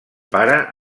pare